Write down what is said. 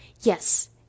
Yes